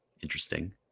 interesting